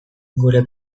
gure